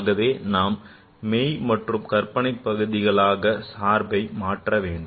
ஆகவே நாம் மெய் மற்றும் கற்பனை பகுதிகளாக சார்பை மாற்ற வேண்டும்